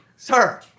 Sir